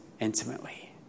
intimately